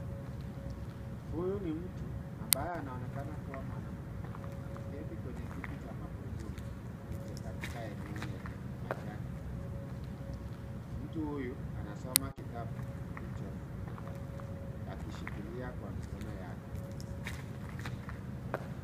Huyu ni mtu ambaye anaonekana kuwa mwanamke , ameketi kwenye kiti cha magurudumu nje katika eneo lenye majani na miti nyuma . Mtu huyu anasoma kitabu kilichofunguka akishikilia kwa mikono yake .